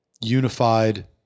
unified